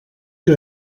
que